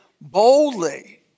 boldly